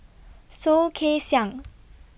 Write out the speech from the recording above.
Soh Kay Siang